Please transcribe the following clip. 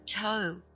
toe